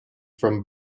from